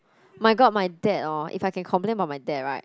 my god my dad hor if I can complain about my dad right